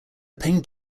paint